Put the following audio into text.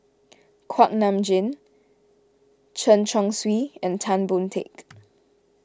Kuak Nam Jin Chen Chong Swee and Tan Boon Teik